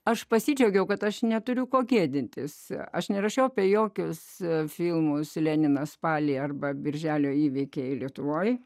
aš pasidžiaugiau kad aš neturiu ko gėdintis aš nerašiau apie jokius filmus leniną spalį arba birželio įvykiai lietuvoje